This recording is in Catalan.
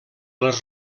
les